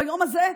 ביום הזה,